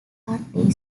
county